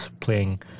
playing